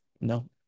no